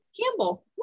Campbell